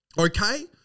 okay